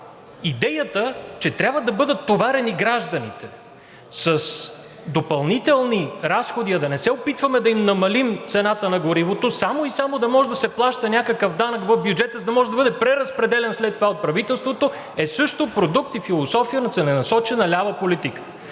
идеята, че трябва да бъдат товарени гражданите с допълнителни разходи, а да не се опитваме да им намалим цената на горивото само и само да може да се плаща някакъв данък в бюджета, за да може да бъде преразпределян след това от правителството, е също продукт и философия на целенасочена лява политика.